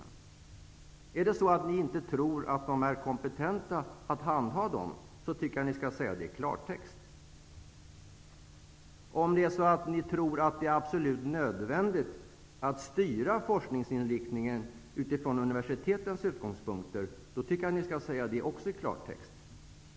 Tror ni inte att de är kompetenta? I så fall skall ni säga det i klartext. Ni skall också säga i klartext om ni tror att det är absolut nödvändigt att styra forskningsinriktningen utifrån universitetens utgångspunkter.